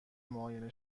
معاینه